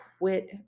quit